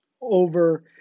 over